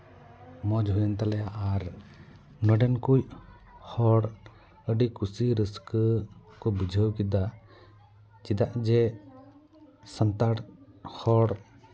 ᱢᱚᱡᱽ ᱦᱩᱭᱮᱱ ᱛᱟᱞᱮᱭᱟ ᱟᱨ ᱱᱚᱰᱮᱱ ᱠᱚ ᱦᱚᱲ ᱟᱹᱰᱤ ᱠᱩᱥᱤ ᱨᱟᱹᱥᱠᱟᱹ ᱠᱚ ᱵᱩᱡᱷᱟᱹᱣ ᱠᱮᱫᱟ ᱪᱮᱫᱟᱜ ᱡᱮ ᱥᱟᱱᱛᱟᱲ ᱦᱚᱲ